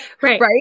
Right